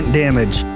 damage